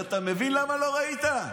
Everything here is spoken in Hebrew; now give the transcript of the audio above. אתה מבין למה לא ראית?